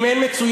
אם אין מצוין,